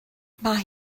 mae